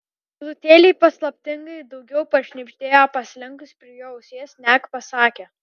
tylutėliai paslaptingai daugiau pašnibždėjo pasilenkus prie jo ausies neg pasakė